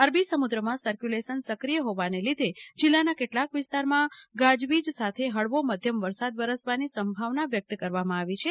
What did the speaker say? અરબી સમુદ્રમાં સર્કયુલેશન સક્રિય હોવાના લીધે જિલ્લાના કેટલાક વિસ્તારમાં ગાજવીજ સાથે હળવો મધ્યમ વરસાદ વરસવાની સંભાવના વ્યક્ત કરવામાં આવી છે